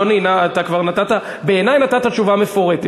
אדוני, בעיני נתת תשובה מפורטת.